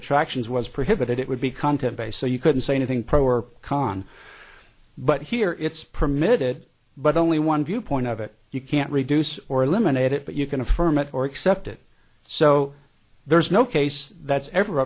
attractions was prohibited it would be content based so you couldn't say anything pro or con but here it's permitted but only one viewpoint of it you can't reduce or eliminate it but you can affirm it or accept it so there's no case that's ever